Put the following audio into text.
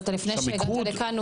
לפני שהגעת לכאן,